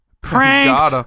Pranked